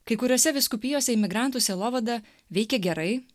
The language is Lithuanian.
kai kuriose vyskupijose imigrantų sielovada veikia gerai